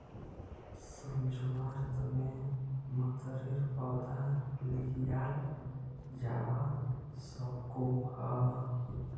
सम्झुआर तने मतरेर पौधा लियाल जावा सकोह